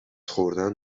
خوردن